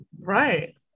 right